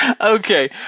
Okay